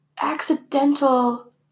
accidental